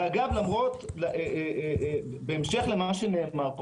אגב בהמשך למה שנאמר,